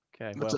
Okay